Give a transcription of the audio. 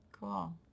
Cool